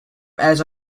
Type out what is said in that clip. airs